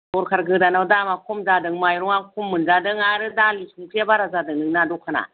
सरकार गोदानाव दामा खम जादों माइरंआ खम मोनजादों आरो दालि संख्रिया बारा जादों नोंना दखाना